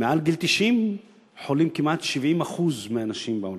מעל גיל 90 חולים כמעט 70% מהאנשים בעולם.